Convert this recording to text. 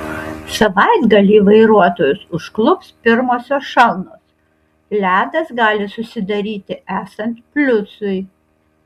savaitgalį vairuotojus užklups pirmosios šalnos ledas gali susidaryti esant pliusui